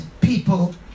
people